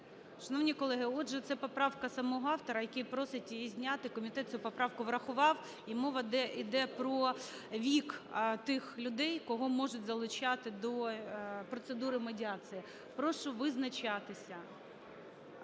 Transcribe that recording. Шановні колеги, отже, це поправка самого автора, який просить її зняти. Комітет цю поправку врахував, і мова йде про вік тих людей, кого можуть залучати до процедури медіації. Прошу визначатися.